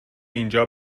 اینجا